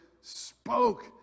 spoke